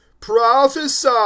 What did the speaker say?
Prophesy